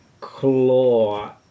claw